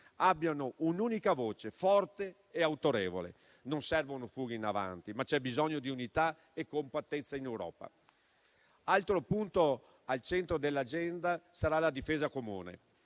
abbiano un'unica voce, forte e autorevole. Non servono fughe in avanti, ma c'è bisogno di unità e compattezza in Europa. Altro punto al centro dell'agenda sarà la difesa comune.